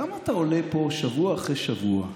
למה אתה עולה פה שבוע אחרי שבוע,